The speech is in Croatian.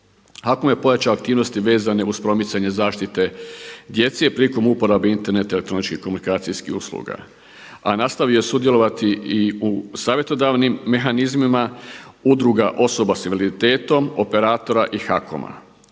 HAKOM je pojačao aktivnosti vezane uz promicanje zaštite djece prilikom uporabe interneta i elektroničkih komunikacijskih usluga, ali je nastavio sudjelovati i u savjetodavnim mehanizmima, udruga osoba sa invaliditetom, operatora i HAKOM-a.